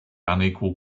unequal